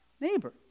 neighbor